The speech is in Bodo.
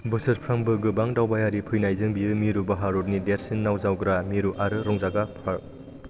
बोसोरफ्रोमबो गोबां दावबायारि फैनायजों बेयो मिरु भारतनि देरसिन नाव जावग्रा मेरु आरो रंजाग्रा पार्क